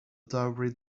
dowry